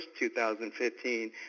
2015